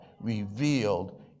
revealed